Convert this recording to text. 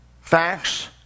Facts